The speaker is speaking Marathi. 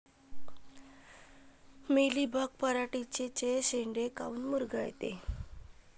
मिलीबग पराटीचे चे शेंडे काऊन मुरगळते?